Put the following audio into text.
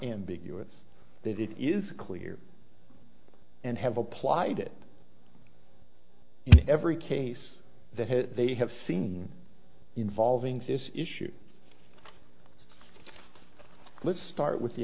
ambiguous that it is clear and have applied it in every case that they have seen involving this issue let's start with the